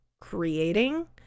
creating